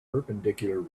perpendicular